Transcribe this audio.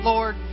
Lord